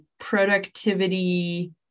productivity